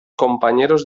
compañeros